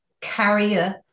carrier